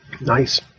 nice